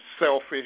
selfish